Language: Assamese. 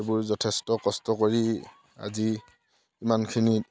এইবোৰ যথেষ্ট কষ্ট কৰি আজি ইমানখিনি